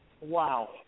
wow